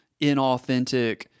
inauthentic